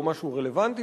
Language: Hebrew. לא משהו רלוונטי,